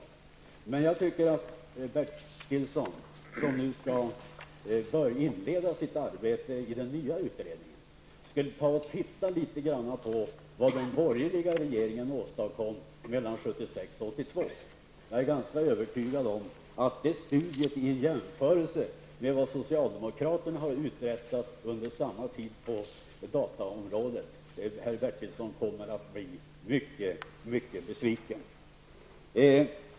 Men jag tycker att Stig Bertilsson, som nu skall inleda sitt arbete i den nya utredningen, skall titta litet grand på vad den borgerliga regeringen åstadkom mellan 1976 och 1982. Jag är övertygad om att den studien, vid en jämförelse med vad socialdemokraterna har uträttat på dataområdet under samma tid, kommer att göra herr Bertilsson mycket besviken.